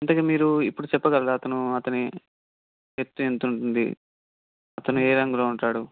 ఇంతకీ మీరు ఇప్పుడు చెప్పగలరా అతను అతని ఎత్తు ఎంత ఉంటుంది అతను ఏ రంగులో ఉంటాడు